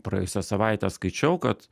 praėjusią savaitę skaičiau kad